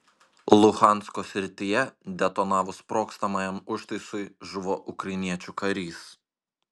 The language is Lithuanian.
luhansko srityje detonavus sprogstamajam užtaisui žuvo ukrainiečių karys